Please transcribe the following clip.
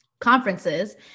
conferences